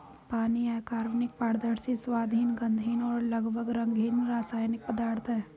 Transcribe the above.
पानी अकार्बनिक, पारदर्शी, स्वादहीन, गंधहीन और लगभग रंगहीन रासायनिक पदार्थ है